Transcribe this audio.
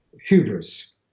hubris